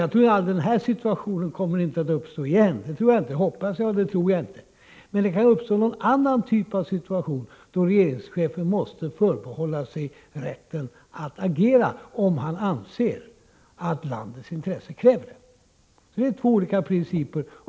Jag tror inte att den situation som nu har inträffat skall uppkomma igen — det hoppas jag i varje fall att den inte gör — men det kan uppstå någon annan typ av situation då regeringschefen måste förbehålla sig rätten att agera, om han anser att landets intressen kräver det. Det är alltså fråga om två olika principer.